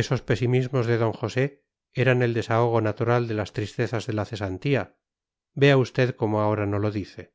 esos pesimismos de d josé eran el desahogo natural de las tristezas de la cesantía vea usted cómo ahora no lo dice